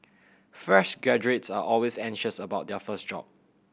fresh graduates are always anxious about their first job